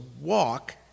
walk